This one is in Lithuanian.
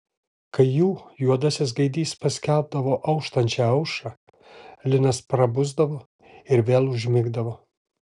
kai jų juodasis gaidys paskelbdavo auštančią aušrą linas prabusdavo ir vėl užmigdavo